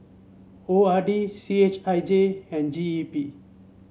O R D C H I J and G E P